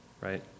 right